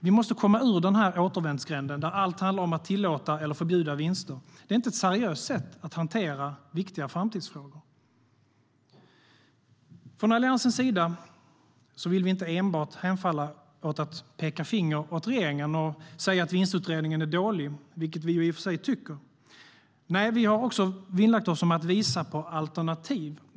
Vi måste komma ur återvändsgränden där allt handlar om att tillåta eller förbjuda vinster. Det är inte ett seriöst sätt att hantera viktiga framtidsfrågor. Från Alliansens sida vill vi inte enbart hemfalla åt att peka finger åt regeringen och säga att vinstutredningen är dålig, vilket vi i och för sig tycker, utan vi har vinnlagt oss om att visa på alternativ.